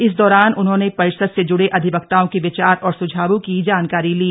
इस दौरान उन्होंने परिषद से जुडे अधिक्ताओं के विचार और सुझावों की जानकारी ली